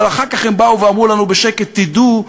אבל אחר כך הם באו ואמרו לנו בשקט: תדעו,